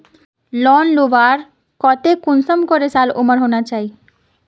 Loan लुबार केते कुंसम करे साल उमर होना चही?